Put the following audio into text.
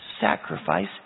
sacrifice